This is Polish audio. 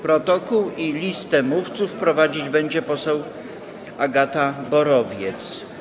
Protokół i listę mówców prowadzić będzie poseł Agata Borowiec.